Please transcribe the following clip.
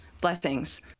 Blessings